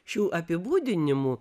šių apibūdinimų